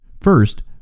First